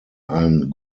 ein